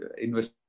Invest